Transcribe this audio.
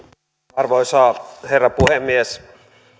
arvoisa herra puhemies